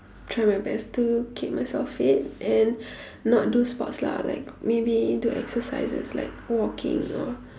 try my best to keep myself fit and not do sports lah like maybe do exercises like walking or